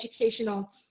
educational